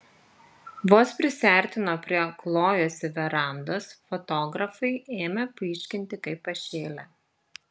vos prisiartino prie klojosi verandos fotografai ėmė pyškinti kaip pašėlę